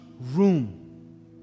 room